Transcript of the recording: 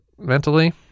mentally